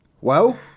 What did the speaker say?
Well